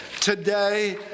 today